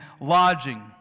lodging